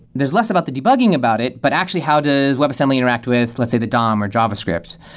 there's less about the debugging about it, but actually how does webassembly interact with let's say the dom, or javascript.